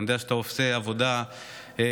אני יודע שאתה עושה עבודה קשה,